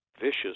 vicious